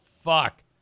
fuck